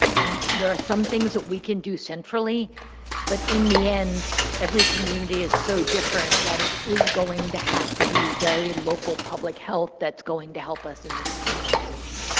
and there are some things that we can do centrally but in the end every community is so different that it is going to have to be very local public health that's going to help us in this in this situation.